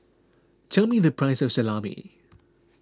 tell me the price of Salami